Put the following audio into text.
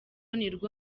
nirwo